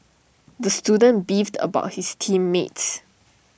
the student beefed about his team mates